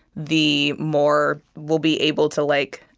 the more we'll be able to, like,